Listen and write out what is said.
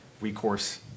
recourse